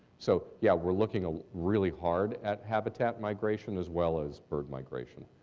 so, yeah, we're looking ah really hard at habitat migration as well as bird migration.